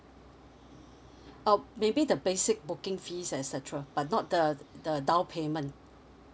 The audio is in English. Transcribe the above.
uh maybe the basic booking fees and et cetera but not the the down payment